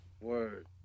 Word